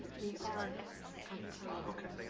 we are out of time. okay,